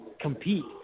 compete